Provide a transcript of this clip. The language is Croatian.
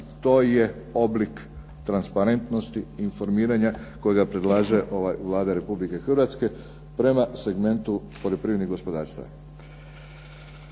to je oblik transparentnosti informiranja kojega predlaže Vlada Republike Hrvatske prema segmentu poljoprivrednih gospodarstava.